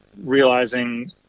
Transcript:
realizing